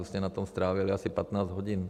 Už jste na tom strávili asi 15 hodin.